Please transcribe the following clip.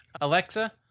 Alexa